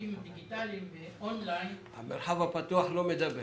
ושירותים דיגיטליים ואונליין -- המרחב הפתוח לא מדבק.